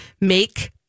make